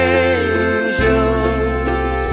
angels